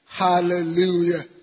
Hallelujah